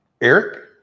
Eric